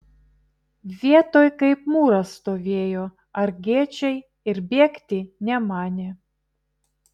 vietoj kaip mūras stovėjo argiečiai ir bėgti nemanė